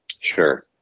Sure